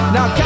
Now